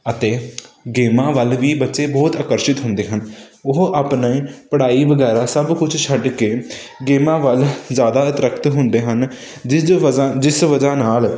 ਅਤੇ ਗੇਮਾਂ ਵੱਲ ਵੀ ਬੱਚੇ ਬਹੁਤ ਆਕਰਸ਼ਿਤ ਹੁੰਦੇ ਹਨ ਉਹ ਆਪਣੀ ਪੜ੍ਹਾਈ ਵਗੈਰਾ ਸਭ ਕੁਝ ਛੱਡ ਕੇ ਗੇਮਾਂ ਵੱਲ ਜ਼ਿਆਦਾ ਅਤਰਕਤ ਹੁੰਦੇ ਹਨ ਜਿਸ ਦੀ ਵਜ੍ਹਾ ਜਿਸ ਵਜ੍ਹਾ ਨਾਲ